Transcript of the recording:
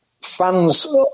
fans